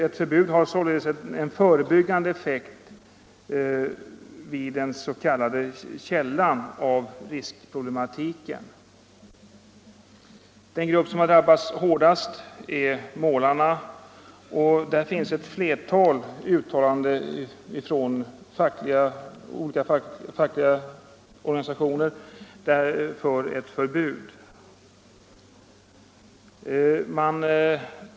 Ett förbud har sålunda en förebyggande effekt så att säga vid källan av riskproblematiken. Den grupp som drabbats hårdast är målarna, och där har man också från ett flertal fackliga organisationer uttalat sig för ett förbud.